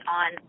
on